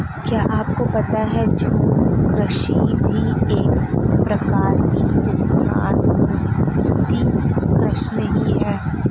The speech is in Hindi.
क्या आपको पता है झूम कृषि भी एक प्रकार की स्थानान्तरी कृषि ही है?